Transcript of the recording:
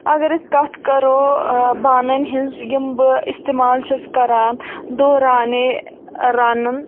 اگر أسۍ کَتھ کَرو بانن ہِنز یِم بہٕ استعمال چھس کَران دورانے رَنُن